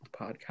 podcast